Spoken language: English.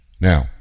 Now